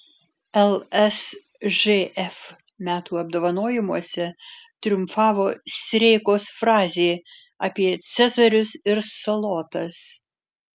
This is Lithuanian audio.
lsžf metų apdovanojimuose triumfavo sireikos frazė apie cezarius ir salotas